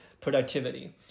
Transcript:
productivity